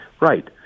right